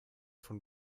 von